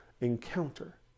encounter